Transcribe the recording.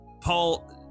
Paul